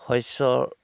শস্যৰ